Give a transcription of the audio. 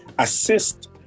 assist